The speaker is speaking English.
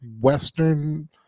western